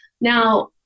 Now